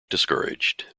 discouraged